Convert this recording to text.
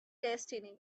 destiny